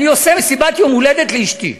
אני עושה מסיבת יום הולדת לאשתי,